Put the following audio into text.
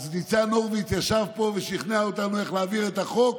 אז ניצן הורוביץ ישב פה ושכנע אותנו איך להעביר את החוק,